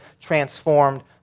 transformed